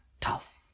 tough